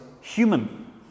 human